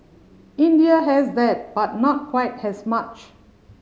India has that but not quite has much